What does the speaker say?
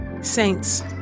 Saints